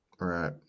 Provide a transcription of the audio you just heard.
Right